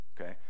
Okay